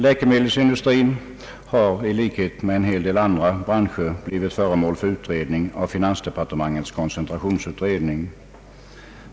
Läkemedelsindustrin har i likhet med en hel del andra branscher blivit föremål för utredning av finansdepartementets koncentrationsutredning.